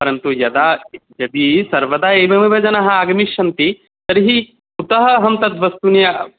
परन्तु यदा यदि सर्वदा एवमेव जनाः आगमिष्यन्ति तर्हि कुतः अहं तद् वस्तूनि